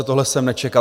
Tohle jsem nečekal.